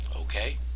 Okay